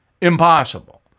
Impossible